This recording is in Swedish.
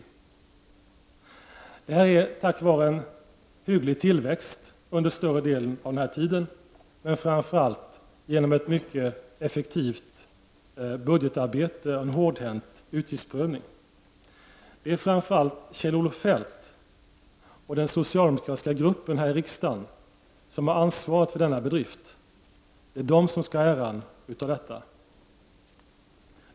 Detta har kunnat ske tack vare en hygglig tillväxt under större delen av denna tid men framför allt genom ett mycket effektivt budgetarbete och en hårdhänt utgiftsprövning. Det är framför allt Kjell-Olof Feldt och den socialdemokratiska riksdagsgruppen som har ansvaret för denna bedrift, det är de som skall ha äran av detta.